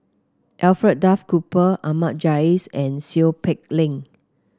Alfred Duff Cooper Ahmad Jais and Seow Peck Leng